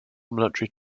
military